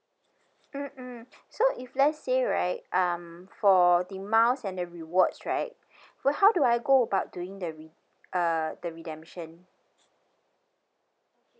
mm mm so if let's say right um for the miles and the rewards right how do I go about doing the re~ uh the redemption